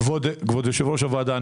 כבוד יושב ראש הוועדה,